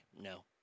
no